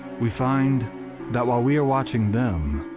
we find that while we are watching them,